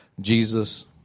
Jesus